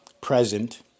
present